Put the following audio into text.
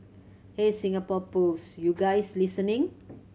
hey Singapore Pools you guys listening